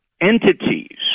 entities